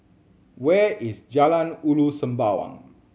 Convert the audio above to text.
where is Jalan Ulu Sembawang